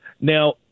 now